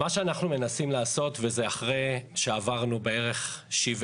מה שאנחנו מנסים לעשות וזה אחרי שעברנו בערך 70